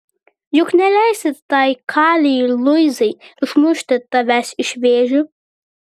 juk neleisi tai kalei luizai išmušti tavęs iš vėžių